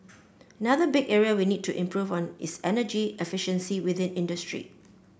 another big area we need to improve on is energy efficiency within industry